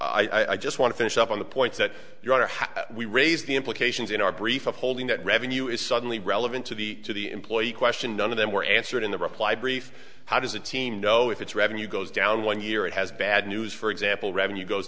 to i just want to finish up on the points that you want to how we raise the end occasions in our brief of holding that revenue is suddenly relevant to the to the employee question none of them were answered in the reply brief how does a team know if its revenue goes down one year it has bad news for example revenue goes